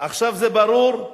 עכשיו זה ברור,